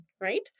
right